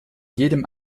jedem